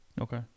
Okay